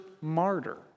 martyr